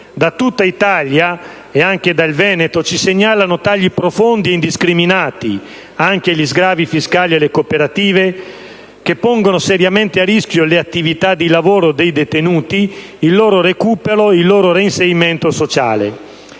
Da tutta Italia, e anche dal Veneto, ci segnalano tagli profondi e indiscriminati (anche agli sgravi fiscali alle cooperative), che pongono seriamente a rischio le attività di lavoro dei detenuti, il loro recupero, il loro reinserimento sociale.